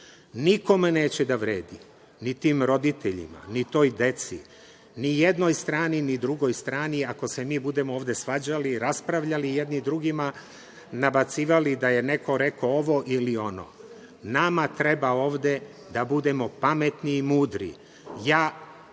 Nikome neće da vredi, ni tim roditeljima, ni toj deci, ni jednoj strani, ni drugoj strani ako se mi budemo ovde svađali i raspravljali jedni drugima, nabacivali da je neko rekao ovo ili ono. Nama treba ovde da budemo pametni i mudri. Poručujem